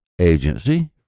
agency